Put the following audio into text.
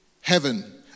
heaven